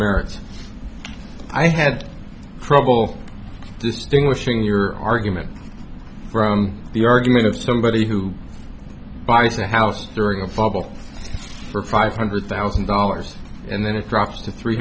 merits i had trouble distinguishing your argument from the argument of somebody who buys a house during a fumble for five hundred thousand dollars and then it drops to three